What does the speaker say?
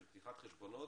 פתיחת חשבונות,